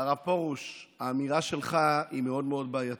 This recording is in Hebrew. הרב פרוש, האמירה שלך היא מאוד מאוד בעייתית,